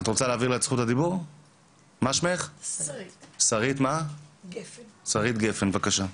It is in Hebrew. שרית גפן, בבקשה.